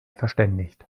verständigt